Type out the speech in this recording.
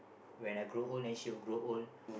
when I grow old then she will grow old